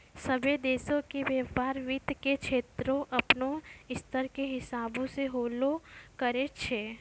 सभ्भे देशो के व्यपार वित्त के क्षेत्रो अपनो स्तर के हिसाबो से होलो करै छै